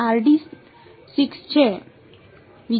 વિદ્યાર્થી